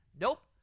nope